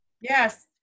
Yes